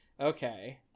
okay